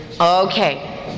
Okay